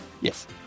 Yes